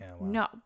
No